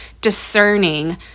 discerning